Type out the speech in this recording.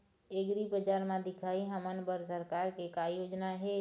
एग्रीबजार म दिखाही हमन बर सरकार के का योजना हे?